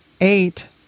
eight